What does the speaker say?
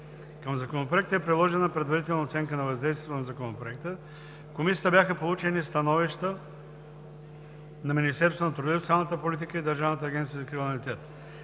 Към Законопроекта е приложена Предварителна оценка на въздействието на Законопроекта. В Комисията бяха получени становищата на Министерството на труда и социалната политика и